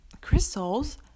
crystals